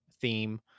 theme